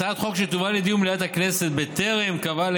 הצעת חוק שתובא לדיון במליאת הכנסת בטרם קבעה